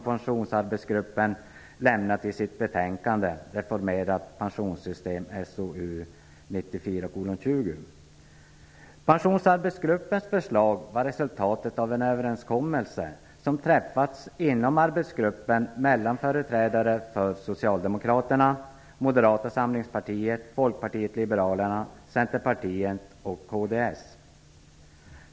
Pensionsarbetsgruppens förslag var resultatet av en överenskommelse som träffats inom arbetsgruppen mellan företrädare för Socialdemokraterna, Moderata samlingspartiet, Folkpartiet liberalerna, Centerpartiet och kds.